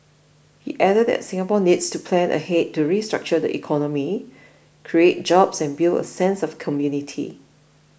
he added that Singapore needs to plan ahead to restructure the economy create jobs and build a sense of community